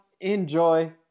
enjoy